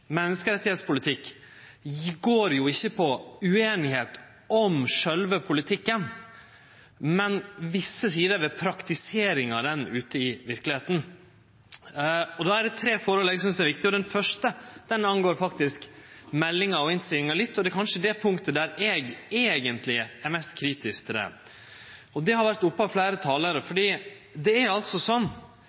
menneskerettspolitikk går jo ikkje på ueinigheit om sjølve politikken, men på visse sider ved praktiseringa av han ute i verkelegheita, og då er det tre forhold eg synest er viktige. Det første har litt med meldinga og innstillinga å gjere, og det er kanskje på det punktet eg eigentleg er mest kritisk. Det har vore teke opp av fleire talarar. Dei ulike menneskerettane som ofte vert kategoriserte som sivile, politiske, kulturelle, sosiale og økonomiske, er